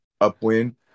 upwind